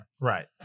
Right